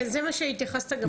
כן, זה מה שהתייחסת גם בדיון.